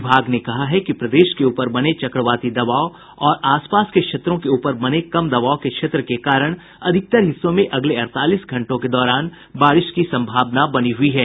विभाग ने कहा है कि प्रदेश के ऊपर बने चक्रवाती दबाव और आस पास के क्षेत्रों के ऊपर बने कम दबाव के क्षेत्र के कारण अधिकतर हिस्सों में अगले अड़तालीस घंटों के दौरान बारिश की सम्भावना बनी हुई है